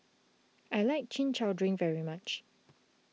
I like Chin Chow Drink very much